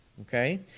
Okay